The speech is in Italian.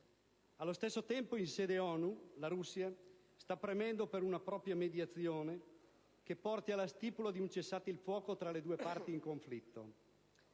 Allo stesso tempo, in sede ONU, la Russia sta premendo per una propria mediazione che porti alla stipula di un cessate il fuoco tra le due parti in conflitto.